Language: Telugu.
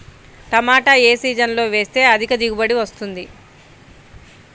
టమాటా ఏ సీజన్లో వేస్తే అధిక దిగుబడి వస్తుంది?